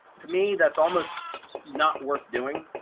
to me that's almost not worth doing.